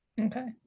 okay